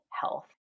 health